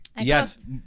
Yes